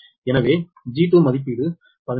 எனவே G2 மதிப்பீடு 15